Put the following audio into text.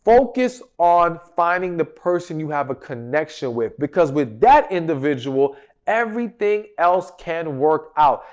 focus on finding the person you have a connection with because with that individual everything else can work out.